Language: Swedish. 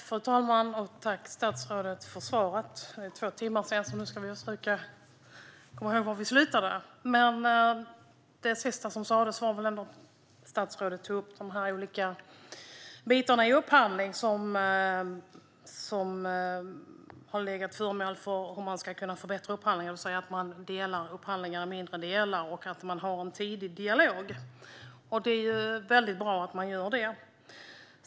Fru talman! Tack, statsrådet, för svaret! Det var två timmar sedan sist, så nu ska vi försöka komma ihåg var vi slutade. Det sista som sas var väl att statsrådet tog upp de olika bitar som har varit föremål för diskussion om hur man ska kunna förbättra upphandlingar - att man delar upp upphandlingarna i mindre delar och tidigt för en dialog. Det är bra att man gör det.